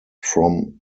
from